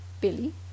Billy